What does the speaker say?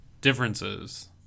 differences